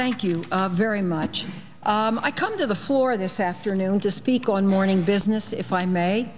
thank you very much i come to the floor this afternoon to speak on morning business if i may